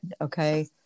Okay